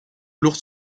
lourds